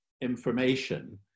information